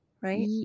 right